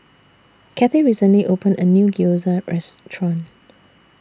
Cathie recently opened A New Gyoza Restaurant